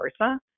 versa